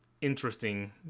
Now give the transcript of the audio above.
interesting